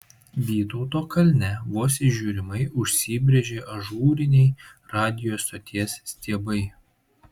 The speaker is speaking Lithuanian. vytauto kalne vos įžiūrimai užsibrėžė ažūriniai radijo stoties stiebai